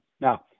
Now